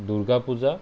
Durga Puja